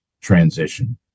transition